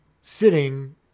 sitting